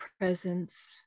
presence